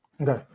Okay